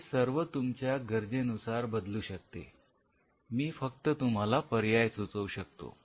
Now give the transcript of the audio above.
हे सर्व तुमच्या गरजेनुसार बदलू शकते मी फक्त तुम्हाला पर्याय सुचवू शकतो